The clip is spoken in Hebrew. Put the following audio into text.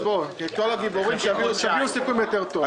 כל הגיבורים שיביאו סיכום יותר טוב.